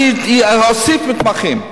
אני אפסיק מתמחים.